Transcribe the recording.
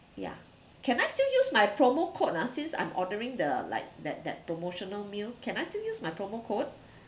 ya can I still use my promo code ah since I'm ordering the like that that promotional meal can I still use my promo code